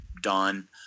done